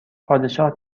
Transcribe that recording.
پادشاه